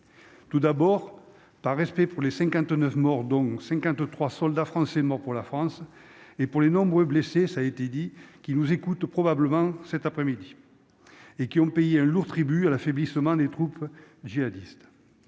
tout d'abord par respect pour les 59 morts dont 53 soldats français morts pour la France et pour les nombreux blessés, ça a été dit, qui nous écoutent probablement cet après-midi et qui ont payé un lourd tribut à l'affaiblissement des troupes djihadistes,